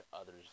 Others